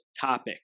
topic